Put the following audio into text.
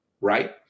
right